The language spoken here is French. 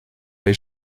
les